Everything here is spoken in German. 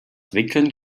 wickeln